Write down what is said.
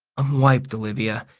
i'm wiped, olivia.